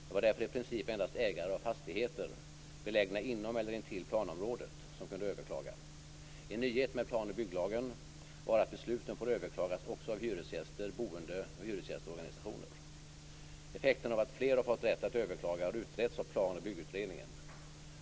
Det var därför i princip endast ägare av fastigheter belägna inom eller intill planområdet som kunde överklaga. En nyhet med plan och bygglagen var att besluten får överklagas också av hyresgäster, boende och hyresgästorganisationer. Effekten av att fler har fått rätt att överklaga har utretts av Plan och byggutredningen.